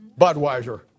Budweiser